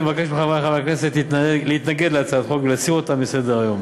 אני מבקש מחברי חברי הכנסת להתנגד להצעת החוק ולהסיר אותה מסדר-היום.